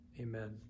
Amen